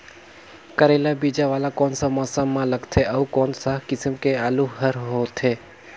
करेला बीजा वाला कोन सा मौसम म लगथे अउ कोन सा किसम के आलू हर होथे?